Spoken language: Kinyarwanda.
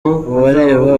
uwareba